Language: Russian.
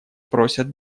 просят